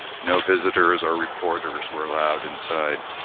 no visitors or reporters were allowed inside.